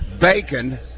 bacon